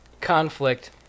conflict